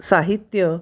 साहित्य